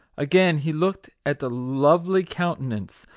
again he looked at the lovely countenance,